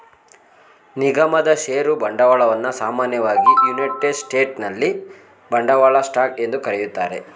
ನಿಗಮದ ಷೇರು ಬಂಡವಾಳವನ್ನ ಸಾಮಾನ್ಯವಾಗಿ ಯುನೈಟೆಡ್ ಸ್ಟೇಟ್ಸ್ನಲ್ಲಿ ಬಂಡವಾಳ ಸ್ಟಾಕ್ ಎಂದು ಕರೆಯುತ್ತಾರೆ